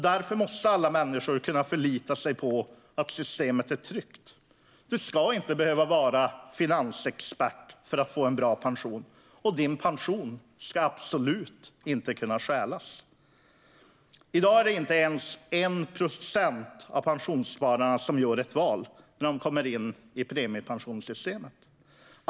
Därför måste alla människor kunna förlita sig på att systemet är tryggt. Du ska inte behöva vara finansexpert för att få en bra pension, och din pension ska absolut inte kunna stjälas. I dag är det inte ens 1 procent av pensionsspararna som gör ett val när de kommer in i premiepensionssystemet.